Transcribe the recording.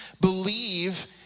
believe